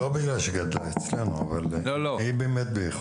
לא בגלל שהיא גדלה אצלנו אבל היא באמת באיכות.